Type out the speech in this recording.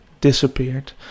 disappeared